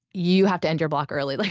you have to end your block early. like